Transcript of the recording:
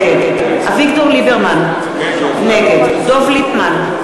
נגד אביגדור ליברמן, נגד דב ליפמן,